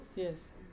Yes